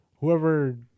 whoever